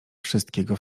wszystkiego